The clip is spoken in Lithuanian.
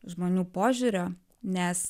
žmonių požiūrio nes